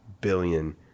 billion